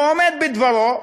והוא עומד בדברו.